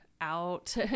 out